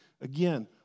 Again